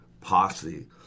posse